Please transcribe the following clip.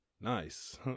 nice